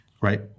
Right